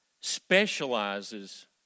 specializes